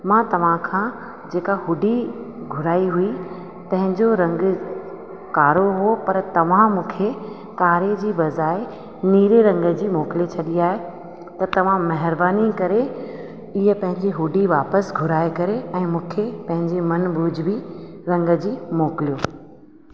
मां तव्हां खां जेका हुडी घुराई हुई पंहिंजो रंग कारो हुओ पर तव्हां मूंखे कारे जी बजाए नीरे रंग जी मोकिले छॾी आहे त तव्हां महिरबानी करे इहो पंहिंजी हुडी वापसि घुराए करे ऐं मूंखे पंहिंजे मन भुजबी रंग जी मोकिलियो